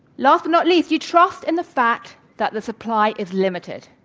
last, but not least, you trust in the fact that the supply is limited.